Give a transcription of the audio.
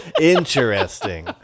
interesting